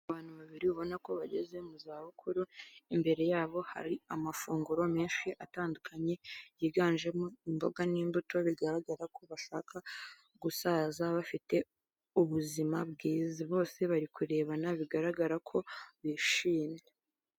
Abantu babiri ubona ko bageze mu zabukuru, imbere yabo hari amafunguro menshi atandukanye yiganjemo imboga n'imbuto, bigaragara ko bashaka gusaza bafite ubuzima bwiza. Bose bari kurebana bigaragara ko bishimye.